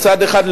בצד אחד,